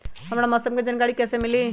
हमरा मौसम के जानकारी कैसी मिली?